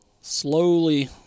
slowly